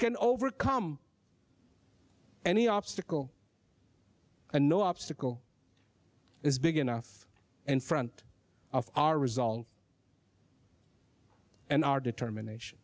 can overcome any obstacle and no obstacle is big enough in front of our resolve and our determination